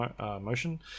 motion